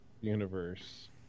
Universe